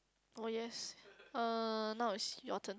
oh yes uh now is your turn